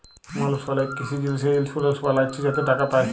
মালুস অলেক কিসি জিলিসে ইলসুরেলস বালাচ্ছে যাতে টাকা পায়